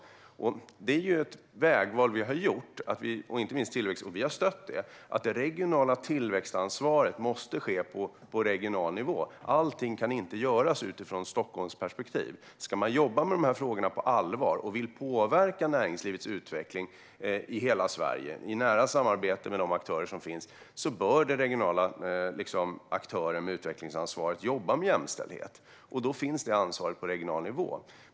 Det är ett vägval vi och inte minst Tillväxtverket har gjort, och vi har stött det. Det regionala tillväxtansvaret måste finnas på regional nivå. Allting kan inte göras utifrån Stockholms perspektiv. Om man ska jobba med frågorna på allvar och vill påverka näringslivets utveckling i hela Sverige i nära samarbete med de aktörer som finns bör den regionala aktören med utvecklingsansvaret jobba med jämställdhet, och då finns det ansvaret på regional nivå.